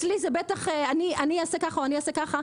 אני אעשה ככה או ככה,